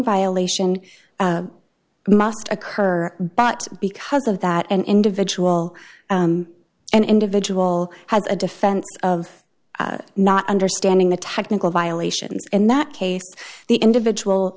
violation must occur but because of that an individual an individual had a defense of not understanding the technical violation in that case the individual